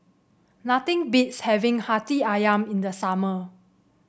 nothing beats having hati ayam in the summer